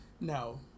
Now